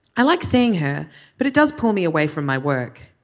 i like seeing her but it does pull me away from my work.